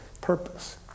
purpose